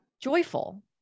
joyful